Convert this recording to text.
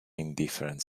indifferent